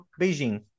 Beijing